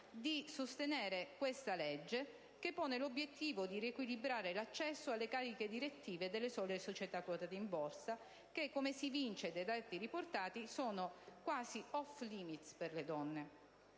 di sostenere questa legge che pone l'obiettivo di riequilibrare l'accesso alle cariche direttive delle sole società quotate in borsa che, come si evince dai dati riportati, sono quasi *off-limits* per le donne